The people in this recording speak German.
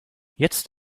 jetzt